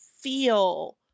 feel